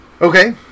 Okay